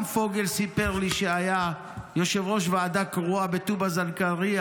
גם פוגל סיפר לי שכשהוא היה יושב-ראש ועדה קרואה בטובא-זנגרייה,